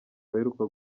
baheruka